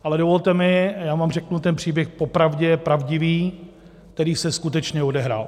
Ale dovolte mi, a já vám řeknu ten příběh popravdě, je pravdivý, který se skutečně odehrál.